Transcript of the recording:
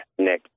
Nick